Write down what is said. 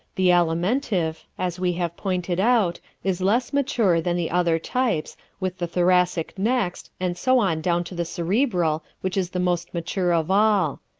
the alimentive, as we have pointed out, is less mature than the other types, with the thoracic next, and so on down to the cerebral which is the most mature of all.